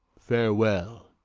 farewell.